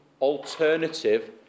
alternative